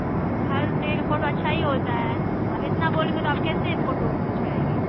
ہاں تو ہر جگہ کا فوٹو اچھا ہی ہوتا ہے اب اتنا بولیں گے تو آپ کیسے فوٹو کھچوائیں گے